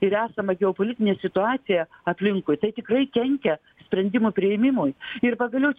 ir esamą geopolitinę situaciją aplinkui tai tikrai kenkia sprendimų priėmimui ir pagaliau